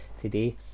today